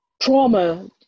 trauma